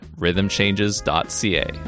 rhythmchanges.ca